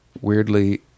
weirdly